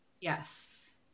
Yes